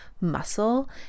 muscle